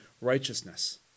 righteousness